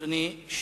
אדוני,